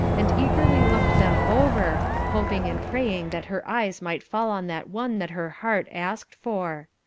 and eagerly looked them over, hoping and praying that her eyes might fall on that one that her heart asked for.